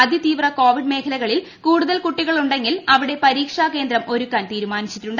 അതി തീവ്ര കോവിഡ് മേഖലകളിൽ കൂടുതൽ കുട്ടികളുണ്ടെങ്കിൽ അവിടെ പ്രത്യേക പരീക്ഷാ കേന്ദ്രം ഒരുക്കാൻ തീരുമാനിച്ചിട്ടുണ്ട്